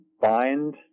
bind